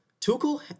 Tuchel